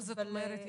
מה זאת אומרת ישן?